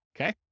Okay